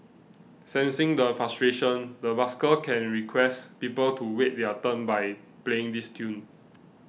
sensing the frustration the busker can request people to wait their turn by playing this tune